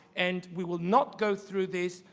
and we will not go through this,